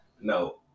No